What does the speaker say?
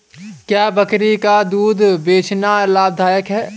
क्या बकरी का दूध बेचना लाभदायक है?